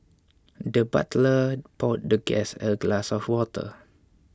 the butler poured the guest a glass of water